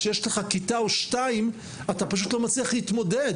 כשיש לך כיתה או שתיים- אתה פשוט לא מצליח להתמודד.